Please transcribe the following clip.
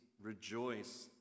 rejoice